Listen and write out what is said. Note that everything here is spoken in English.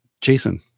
Jason